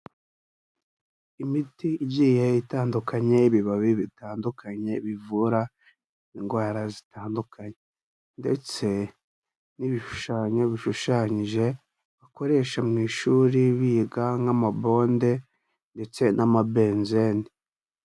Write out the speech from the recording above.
Imiti igiye itandukanye y'ibibabi bitandukanye bivura indwara zitandukanye ndetse n'ibishushanyo bishushanyije, bakoresha mu ishuri biga nk'amabonde ndetse n'amabenzeni.